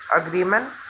agreement